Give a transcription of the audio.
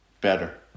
better